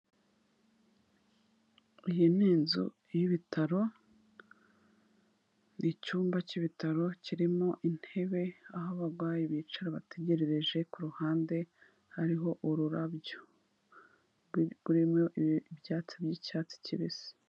Iyi ni inzu y'ibitaro n'icyumba cy'ibitaro kirimo intebe aho abagwayi bicara bategererereje kuhande hariho ururabyo rurimo ibyatsi by'icyatsi kibisi.